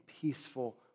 peaceful